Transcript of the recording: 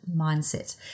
mindset